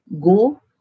Go